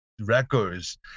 records